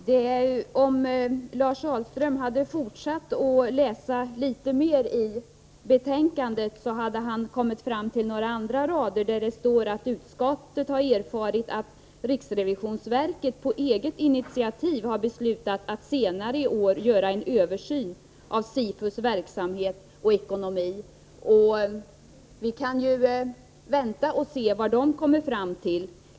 Herr talman! Om Lars Ahlström hade fortsatt att läsa i betänkandet, så hade han kommit fram till några andra rader, där det står att utskottet har ”erfarit att riksrevisionsverket på eget initiativ har beslutat att senare i år göra en översyn av SIFU:s verksamhet och ekonomi”. Vi kan ju vänta och se vad man därvid kommer fram till.